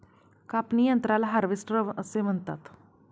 कापणी यंत्राला हार्वेस्टर असे म्हणतात